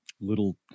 little